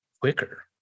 quicker